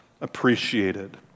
appreciated